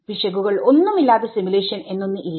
പിശകുകൾ ഒന്നും ഇല്ലാത്ത സിമുലേഷൻ എന്നൊന്ന് ഇല്ല